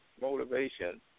motivation